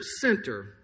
center